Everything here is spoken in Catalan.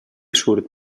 surt